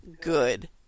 good